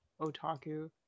otaku